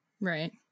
right